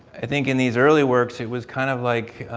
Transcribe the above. i think in these early works, it was kind of like,